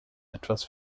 etwas